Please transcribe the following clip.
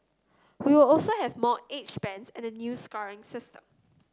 we will also have more age bands and a new scoring system